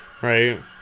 Right